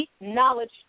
knowledge